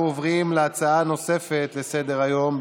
אנחנו עוברים להצעה נוספת לסדר-היום,